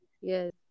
Yes